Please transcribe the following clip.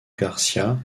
garcía